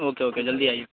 okay okay جلدی آئیے